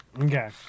Okay